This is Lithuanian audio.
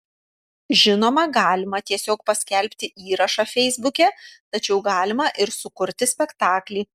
žinoma galima tiesiog paskelbti įrašą feisbuke tačiau galima ir sukurti spektaklį